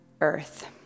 Earth